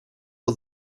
all